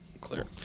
clear